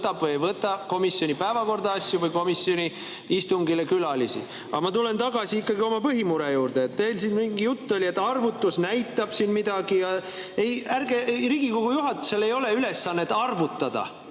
või ei võta komisjoni päevakorda asju või komisjoni istungile külalisi. Aga ma tulen ikkagi tagasi oma põhimure juurde. Teil oli siin mingi jutt, et arvutus näitab midagi. Ei, ärge … Riigikogu juhatusel ei ole ülesannet arvutada.